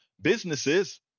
businesses